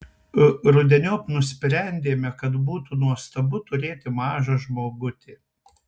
rudeniop nusprendėme kad būtų nuostabu turėti mažą žmogutį